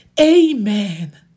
Amen